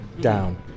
down